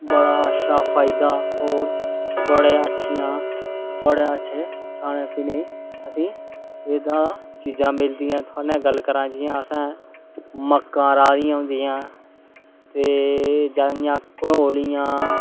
बड़ा अच्छा फायदा होर बड़े अच्छियां बड़े अच्छे खाने पीने ई असें ई एह्दा चीजां मिलदियां थुआढ़े ने गल्ल करांऽ जि'यां असें मक्कां राऽ दियां होन्दियां ते जां जि'यां कंडोलियां